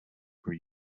were